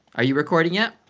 are you recording yet?